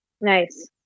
Nice